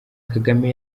kagame